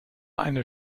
eine